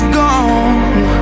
gone